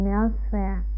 elsewhere